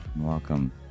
welcome